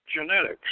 genetics